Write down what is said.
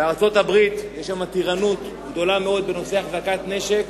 בארצות-הברית יש מתירנות גדולה מאוד בנושא החזקת נשק.